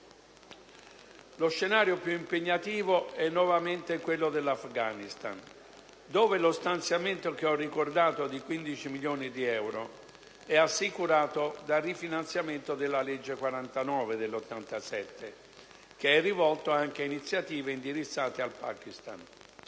Lo scenario più impegnativo è nuovamente quello dell'Afghanistan, dove lo stanziamento che ho ricordato di 15 milioni di euro è assicurato dal rifinanziamento della legge n. 49 del 1987, che è rivolto anche ad iniziative indirizzate al Pakistan.